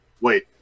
Wait